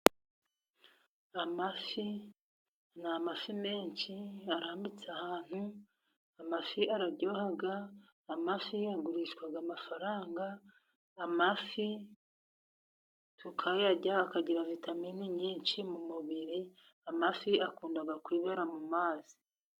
Amafi ni menshi, arambitse ahantu. Amafi araryoha, kandi agurishwa amafaranga. Tukayarya, akagira vitamine nyinshi mu mubiri. Amafi akunda kwibera mu mazi.